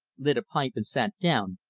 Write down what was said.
lit a pipe and sat down,